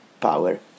power